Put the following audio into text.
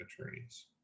attorneys